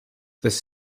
this